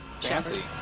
Fancy